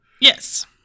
Yes